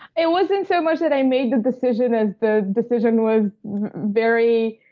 it wasn't so much that i made the decision as the decision was very